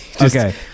Okay